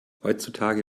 heutzutage